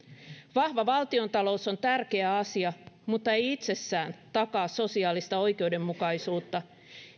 vahva valtiontalous on tärkeä asia mutta ei itsessään takaa sosiaalista oikeudenmukaisuutta